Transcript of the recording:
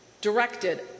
directed